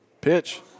pitch